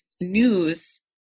news